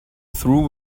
through